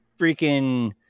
freaking